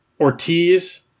Ortiz